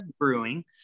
brewing